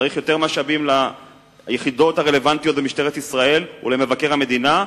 צריך יותר משאבים ליחידות הרלוונטיות במשטרת ישראל ולמבקר המדינה,